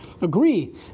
agree